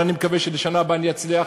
אבל אני מקווה שבשנה הבאה אצליח.